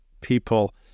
people